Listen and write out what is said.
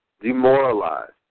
demoralized